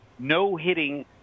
No-hitting